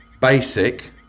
Basic